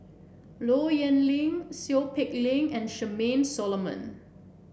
Low Yen Ling Seow Peck Leng and Charmaine Solomon